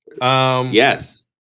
Yes